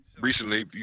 Recently